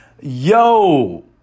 yo